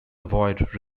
avoid